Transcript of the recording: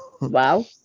Wow